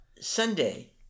Sunday